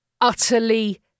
utterly